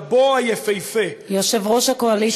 גבו היפהפה של יושב-ראש הקואליציה,